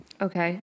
Okay